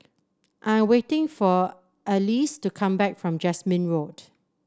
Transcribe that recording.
I'm waiting for Alyse to come back from Jasmine Road